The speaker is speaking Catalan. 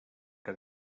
que